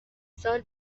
سال